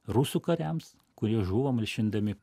rusų kariams kurie žuvo malšindami